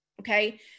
Okay